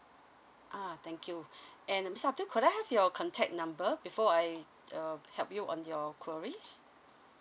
ah thank you and mister abdul could I have your contact number before I err help you on your queries